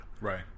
Right